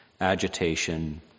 agitation